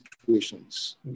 situations